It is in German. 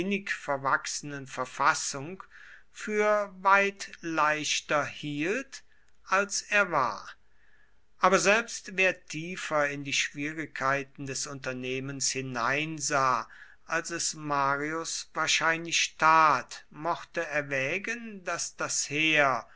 verwachsenen verfassung für weit leichter hielt als er war aber selbst wer tiefer in die schwierigkeiten des unternehmens hineinsah als es marius wahrscheinlich tat mochte erwägen daß das heer